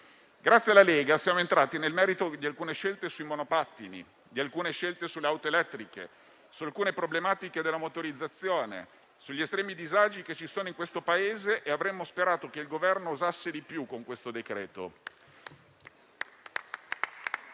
Grazie alla Lega siamo entrati nel merito di alcune scelte sui monopattini e sulle auto elettriche, di alcune problematiche della motorizzazione, degli estremi disagi che ci sono in questo Paese. Avremmo sperato che il Governo osasse di più con questo decreto-legge.